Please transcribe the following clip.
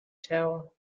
tower